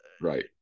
Right